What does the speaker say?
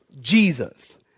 Jesus